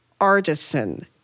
artisan